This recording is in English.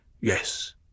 Yes